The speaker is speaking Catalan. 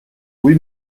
avui